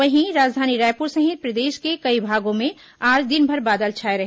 वहीं राजधानी रायपुर सहित प्रदेश के कई भागों में आज दिनभर बादल छाए रहे